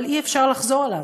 אבל אי-אפשר לחזור עליו.